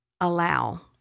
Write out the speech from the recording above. allow